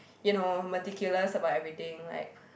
you know meticulous about everything like